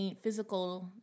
physical